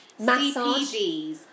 CPGs